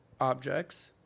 objects